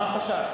מה החשש?